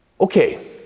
Okay